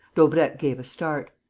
daubrecq gave a start.